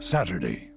Saturday